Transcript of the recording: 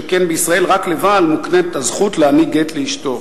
שכן בישראל רק לבעל מוקנית הזכות להעניק גט לאשתו.